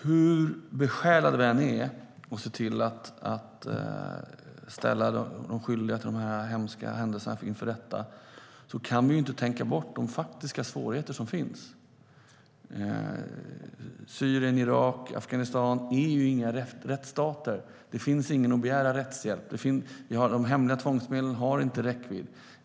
Hur besjälade vi än är när det gäller att se till att ställa de skyldiga till de hemska händelserna inför rätta kan vi inte tänka bort de faktiska svårigheter som finns. Syrien, Irak och Afghanistan är inga rättsstater. Det finns ingen att begära rättshjälp från. De hemliga tvångsmedlen har inte räckvidd.